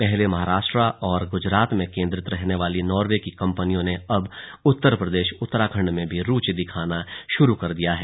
पहले महाराष्ट्र और गुजरात में केन्द्रित रहने वाली नॉर्वे की कम्पनियों ने अब उत्तर प्रदेश उत्तराखण्ड में भी रूचि दिखानी शुरू कर दी है